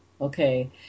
okay